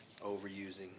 overusing